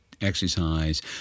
exercise